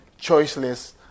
Choiceless